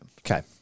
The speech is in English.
Okay